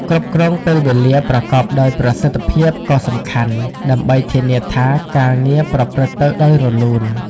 គ្រប់គ្រងពេលវេលាប្រកបដោយប្រសិទ្ធភាពក៏សំខាន់ ដើម្បីធានាថាការងារប្រព្រឹត្តទៅដោយរលូន។